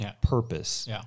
purpose